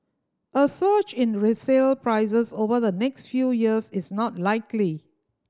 a surge in resale prices over the next few years is not likely